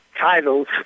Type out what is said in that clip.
titles